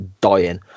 dying